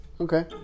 Okay